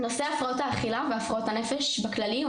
נושא הפרעות האכילה והפרעות הנפש בכללי הוא